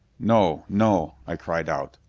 no! no! i cried out.